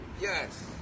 Yes